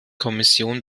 kommission